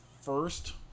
first